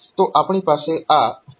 તો આપણી પાસે આ DAC0808 છે